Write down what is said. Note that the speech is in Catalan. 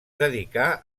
dedicà